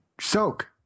Soak